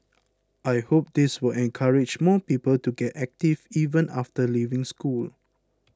I hope this will encourage more people to get active even after leaving school